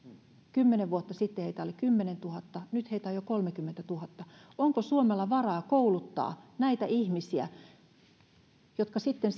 kymmenen vuotta sitten heitä oli kymmenentuhatta nyt heitä on jo kolmekymmentätuhatta onko suomella varaa kouluttaa näitä ihmisiä jotka sitten siirtyvät